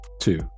Two